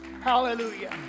Hallelujah